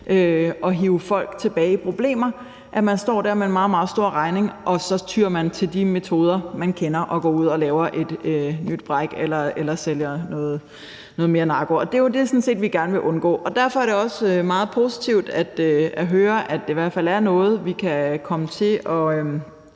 at hive folk tilbage i problemer. Man står der med en meget, meget stor regning, og så tyer man til de metoder, man kender, og går ud og laver et nyt bræk eller sælger noget mere narko. Det er jo det, vi sådan set gerne vil undgå, og derfor er det også meget positivt at høre, at det i hvert fald er noget, vi kan komme til at